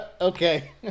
Okay